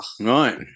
Right